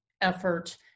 effort